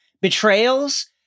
betrayals